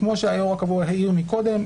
כמו שהיו"ר הקבוע העיר מקודם,